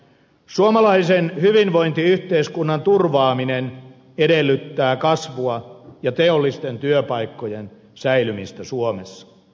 suomalaisen hyvinvointiyhteiskunnan turvaaminen edellyttää kasvua ja teollisten työpaikkojen säilymistä suomessa